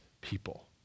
people